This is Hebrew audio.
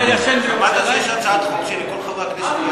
שמעת שיש הצעת חוק שלכל חברי הכנסת יעשו